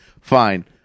Fine